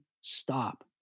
stop